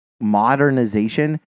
modernization